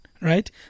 right